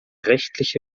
rechtliche